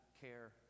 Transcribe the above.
care